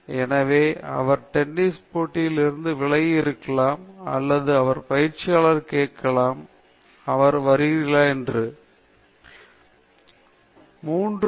எனவே அவர் டென்னிஸ் போட்டியில் இருந்து விலகியிருக்கலாம் அல்லது அவர் பயிற்சியாளரை கேட்கலாம் எப்படி அந்த வீரர் விளையாடுகிறார் என்று பயிற்சியாளர் கூறுவார் அந்த பயிற்சியாளரை நீங்கள் விளையாட வேண்டும் என்றால் நீங்கள் பயிற்சி செய்ய வேண்டும்